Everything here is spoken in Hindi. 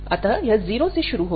अतः यह 0 से शुरू होगा